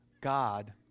God